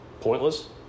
Pointless